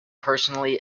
personally